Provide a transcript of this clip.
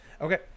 Okay